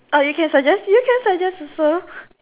oh you can suggest you can suggest also